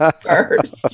first